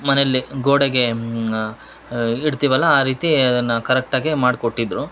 ಮನೆಲ್ಲಿ ಗೋಡೆಗೆ ಇಡ್ತೀವಲ್ಲ ಆ ರೀತಿ ಅದನ್ನ ಕರೆಕ್ಟಾಗೆ ಮಾಡ್ಕೊಟ್ಟಿದ್ದರು